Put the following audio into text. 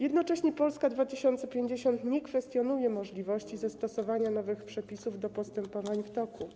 Jednocześnie Polska 2050 nie kwestionuje możliwości zastosowania nowych przepisów do postępowań w toku.